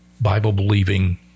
Bible-believing